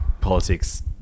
politics